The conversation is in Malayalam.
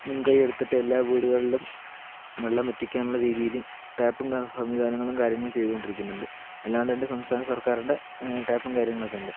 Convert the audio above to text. മുന് കൈ എടുത്തിട്ട് എല്ലാ വീടുകളിലും വെള്ളം എത്തിക്കാനുള്ള രീതിയില് ടാപ്പും ഗഹ സംവിധാനങ്ങളും കാര്യങ്ങളും ചെയ്തോണ്ടിരിക്കുന്നുണ്ട് അല്ലാണ്ടന്റെ സംസ്ഥാന സര്ക്കാരിന്റെ ടാപ്പും കാര്യങ്ങളും ഒക്കെ ഇണ്ട്